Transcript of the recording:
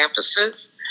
campuses